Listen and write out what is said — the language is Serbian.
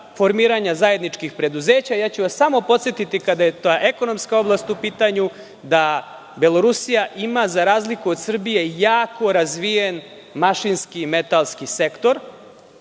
formiranja zajedničkih preduzeća. Samo ću vas podsetiti kada je ekonomska oblast u pitanju da Belorusija ima za razliku od Srbije jako razvijen mašinski i metalski sektor,